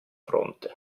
fronte